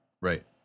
right